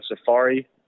safari